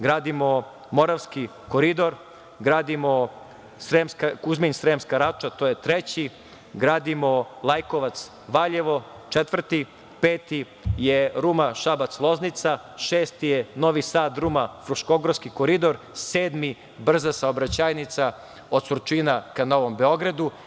Gradimo Moravski koridor, gradimo Kuzmin – Sremska Rača, gradimo Lajkovac – Valjevo, zatim Ruma – Šabac – Loznica, Novi Sad – Ruma, Fruškogorski koridor, zatim brza saobraćajnica od Surčina ka Novom Beogradu.